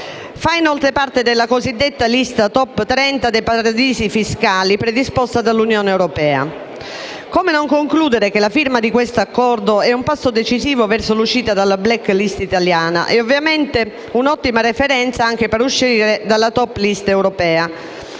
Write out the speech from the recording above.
fa inoltre parte della cosiddetta lista *top* 30 dei paradisi fiscali predisposta dall'Unione europea. Come non concludere che la firma di questo accordo è un passo decisivo verso l'uscita dalla *black list* italiana e ovviamente un'ottima referenza anche per uscire dalla *top list* europea,